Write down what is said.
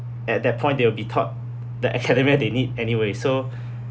at that point they will be taught the academia they need anyway so